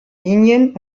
linien